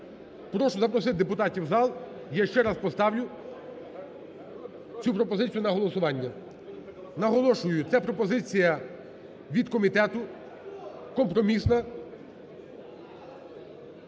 Прошу запросити депутатів в зал. Я ще раз поставлю цю пропозицію на голосування. Наголошую: це пропозиція від комітету, компромісна.